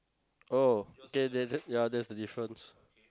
oh okay there there ya that's the difference